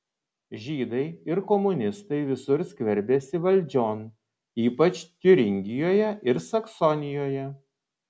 žydai ir komunistai visur skverbiasi valdžion ypač tiuringijoje ir saksonijoje